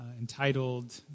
entitled